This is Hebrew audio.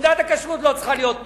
שתעודת הכשרות לא צריכה להיות מושלמת.